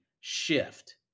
shift